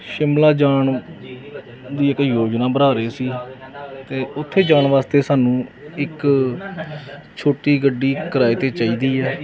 ਸ਼ਿਮਲਾ ਜਾਣ ਦੀ ਕੋਈ ਯੋਜਨਾ ਬਣਾ ਰਹੇ ਸੀ ਅਤੇ ਉੱਥੇ ਜਾਣ ਵਾਸਤੇ ਸਾਨੂੰ ਇੱਕ ਛੋਟੀ ਗੱਡੀ ਕਿਰਾਏ 'ਤੇ ਚਾਹੀਦੀ ਹੈ